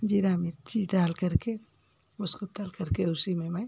जीरा मिर्ची डालकर के उसको तलकर के उसी में मैं